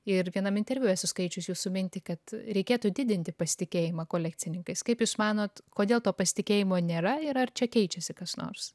ir vienam interviu esu skaičiusi jūsų mintį kad reikėtų didinti pasitikėjimą kolekcininkais kaip jūs manot kodėl to pasitikėjimo nėra ir ar čia keičiasi kas nors